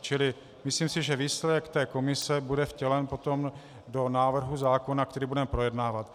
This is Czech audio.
Čili myslím si, že výsledek té komise bude vtělen potom do návrhu zákona, který budeme projednávat.